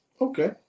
Okay